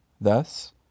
Thus